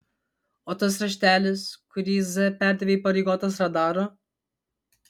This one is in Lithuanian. o tas raštelis kurį z perdavė įpareigotas radaro